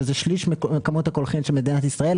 שזה שליש מכמות הקולחים של מדינת ישראל.